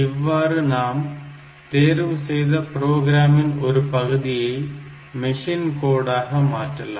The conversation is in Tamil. இவ்வாறு நாம் தேர்வு செய்த ப்ரோக்ராமின் ஒரு பகுதியை மிஷின் கோடாக மாற்றலாம்